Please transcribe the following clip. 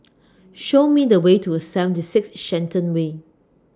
Show Me The Way to seventy six Shenton Way